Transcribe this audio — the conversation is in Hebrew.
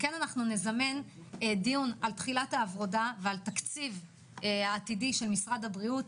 אנחנו נזמן דיון על תחילת העבודה ועל התקציב העתידי של משרד הבריאות,